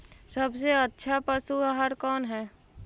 सबसे अच्छा पशु आहार कौन है?